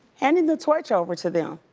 handing the torch over to them.